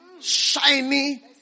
shiny